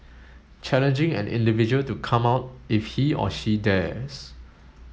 challenging an individual to 'come out' if he or she dares